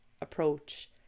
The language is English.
approach